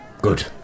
Good